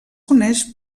coneix